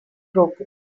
broken